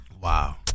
Wow